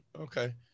okay